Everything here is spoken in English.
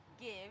give